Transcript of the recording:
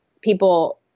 people